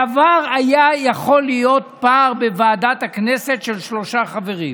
בעבר היה יכול להיות פער בוועדת הכנסת של שלושה חברים,